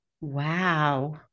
Wow